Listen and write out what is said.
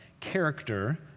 character